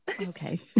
okay